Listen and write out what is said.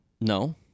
No